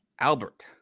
Albert